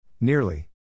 Nearly